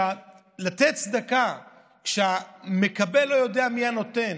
לתת צדקה כשהמקבל לא יודע מי הנותן,